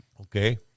Okay